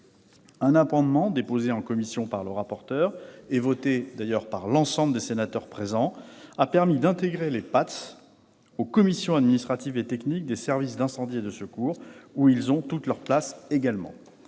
Un amendement déposé en commission par le rapporteur et voté par l'ensemble des sénateurs présents a permis d'intégrer les PATS aux commissions administratives et techniques des services d'incendie et de secours, où ils ont toute leur place également.